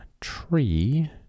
tree